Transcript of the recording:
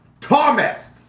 Thomas